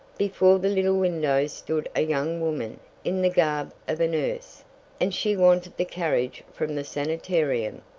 before the little window stood a young woman in the garb of a nurse and she wanted the carriage from the sanitarium.